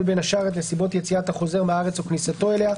בין השאר את נסיבות יציאת החוזר מהארץ או כניסתו אליה,